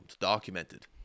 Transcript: documented